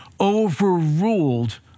overruled